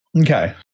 okay